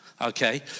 Okay